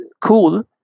cool